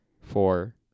four